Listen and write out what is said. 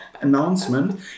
announcement